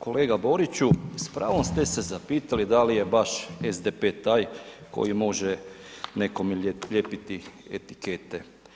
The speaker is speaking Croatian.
Kolega Boriću, s pravom ste se zapitali da li je baš SDP taj koji može nekome lijepiti etikete.